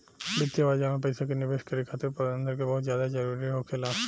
वित्तीय बाजार में पइसा के निवेश करे खातिर प्रबंधन के बहुत ज्यादा जरूरी होखेला